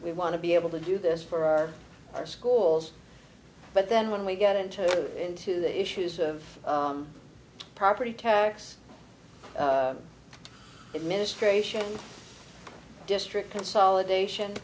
we want to be able to do this for our schools but then when we get into into the issues of property tax administration district consolidation